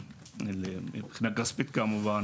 תמיכה כספית כמובן